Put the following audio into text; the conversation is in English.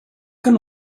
can